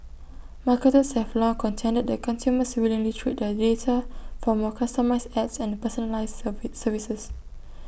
marketers have long contended that consumers willingly trade their data for more customised ads and personalised serve services